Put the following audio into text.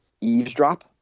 eavesdrop